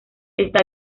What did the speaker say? está